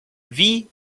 wie